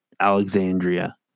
Alexandria